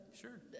Sure